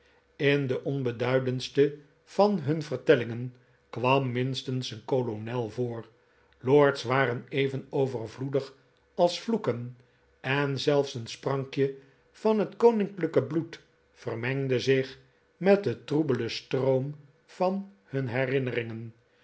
in de onbeduidendste van hun vertellingen kwam minstens een kolonel voor lords waren even overvloedig als vloeken en zelfs een sprankje van het koninklijke bloed vermengde zich met den troebelen stroom van hun herinneringen